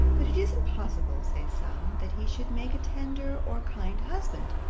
but it is impossible, say some, that he should make a tender or kind husband.